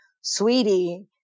sweetie